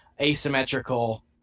asymmetrical